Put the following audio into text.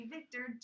Victor